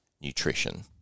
nutrition